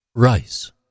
Rice